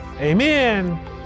Amen